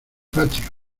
patio